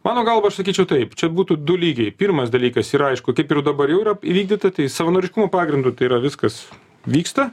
mano galva aš sakyčiau taip čia būtų du lygiai pirmas dalykas yra aišku kaip ir dabar jau yra įvykdyta tai savanoriškumo pagrindu tai yra viskas vyksta